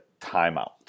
timeout